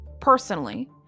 personally